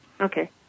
Okay